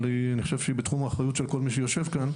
אבל אני חושב שהיא בתחום האחריות של כל מי שיושב כאן,